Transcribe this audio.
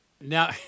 now